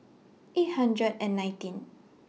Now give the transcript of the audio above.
eight hundred and nineteen